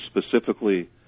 specifically